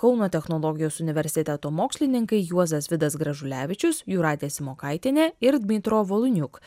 kauno technologijos universiteto mokslininkai juozas vidas gražulevičius jūratė simokaitienė ir dmytro volyniuk